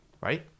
Right